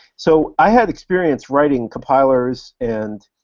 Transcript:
so i had experience writing compilers and